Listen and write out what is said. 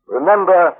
Remember